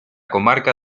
comarca